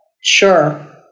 sure